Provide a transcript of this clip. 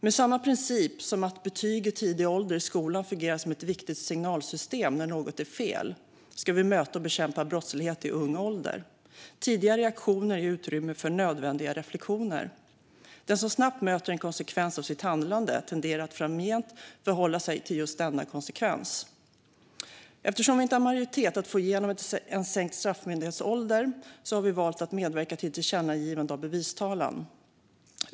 Med samma princip som att betyg i tidig ålder i skolan fungerar som ett viktigt signalsystem när något är fel ska vi möta och bekämpa brottslighet i ung ålder. Tidiga reaktioner ger utrymme för nödvändiga reflektioner. Den som snabbt får ta konsekvensen av sitt handlande tenderar att framgent förhålla sig till just denna konsekvens. Eftersom vi inte har majoritet att få igenom en sänkt straffmyndighetsålder har vi valt att medverka i ett tillkännagivande om bevistalan.